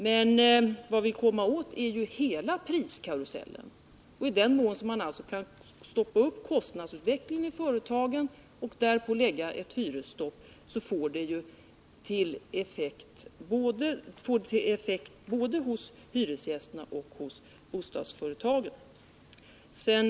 Vad vi vill komma åt är hela priskarusellen. I den mån man kan stoppa upp kostnadsutvecklingen i företagen och därpå lägga ett hyresstopp får det ju effekt både hos hyresgästerna och hos bostadsföretagen.